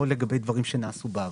לא לגבי דברים שנעשו בעבר.